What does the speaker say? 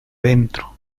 dentro